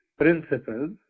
principles